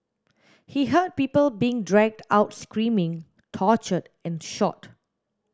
he heard people being dragged out screaming tortured and shot